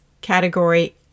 category